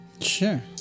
Sure